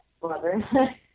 brother